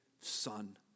Son